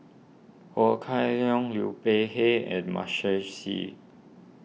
Ho Kah Leong Liu Peihe and Michael Seet